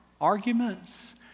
arguments